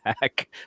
back